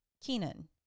Kenan